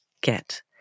get